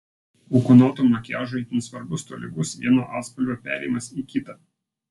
ūkanotam makiažui itin svarbus tolygus vieno atspalvio perėjimas į kitą